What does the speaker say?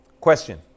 Question